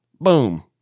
boom